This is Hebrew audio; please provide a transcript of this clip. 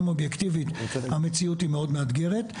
אובייקטיבית המציאות היא מאוד מאתגרת.